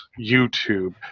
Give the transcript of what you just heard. YouTube